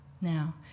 Now